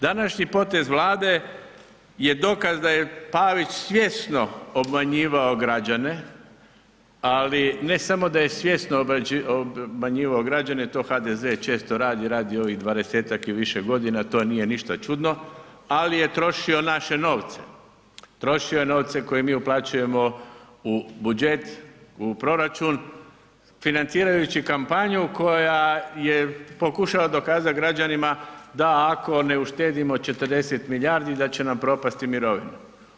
Današnji potez Vlade je dokaz da je Pavić svjesno obmanjivao građane, ali ne samo da je svjesno obmanjivao građane, to HDZ često radi, radi ovih 20-tak i više godina, to nije ništa čudno, ali je trošio naše novce, trošio je novce koje mi uplaćujemo u budžet, u proračun, financirajući kampanju koja je pokušala dokazati građanima da ako ne uštedimo 40 milijardi, da će nam propasti mirovine.